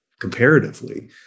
comparatively